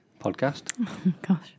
podcast